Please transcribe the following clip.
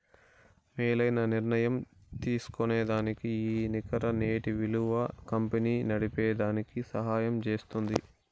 మేలైన నిర్ణయం తీస్కోనేదానికి ఈ నికర నేటి ఇలువ కంపెనీ నడిపేదానికి సహయం జేస్తుంది